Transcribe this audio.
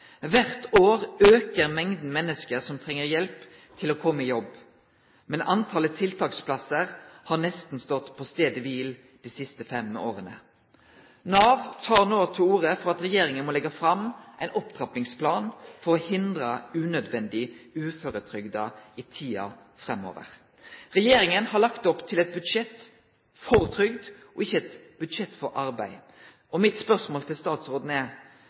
år øker mengden mennesker som trenger hjelp til å komme i jobb. Men antallet tiltaksplasser har nesten stått på stedet hvil de siste 5 årene.» Nav tek no til orde for at regjeringa må leggje fram ein opptrappingsplan «for å hindre unødvendig uføretrygdede i tida framover». Regjeringa har lagt opp til eit budsjett for trygd og ikkje eit budsjett for arbeid. Mitt spørsmål til statsråden er: